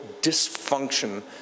dysfunction